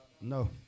No